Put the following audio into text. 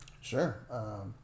sure